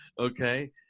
okay